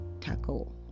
tackle